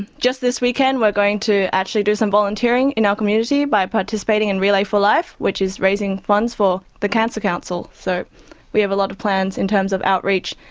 just this weekend we're going to actually do some volunteering in our community by participating in relay for life which is raising funds for the cancer council, so we have a lot of plans in terms of outreach,